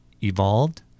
evolved